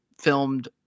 filmed